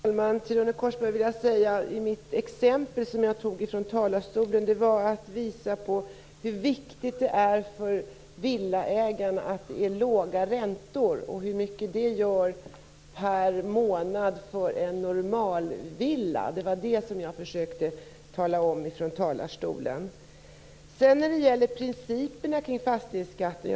Herr talman! Till Ronny Korsberg vill jag säga att det exempel jag tog från talarstolen var menat att visa hur viktigt det är för villaägarna att räntorna är låga, och hur mycket det gör per månad för en normalvilla. Det var det som jag försökte tala om. Man talar om principerna kring fastighetsskatten.